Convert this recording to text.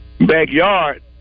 backyard